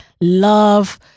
love